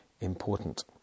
important